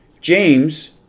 James